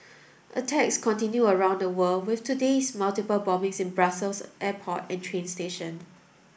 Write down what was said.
attacks continue around the world with today's multiple bombings in Brussels airport and train station